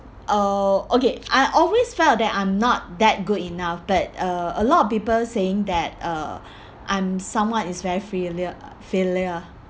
uh okay I always felt that I'm not that good enough but uh a lot of people saying that uh I'm someone is very filial filial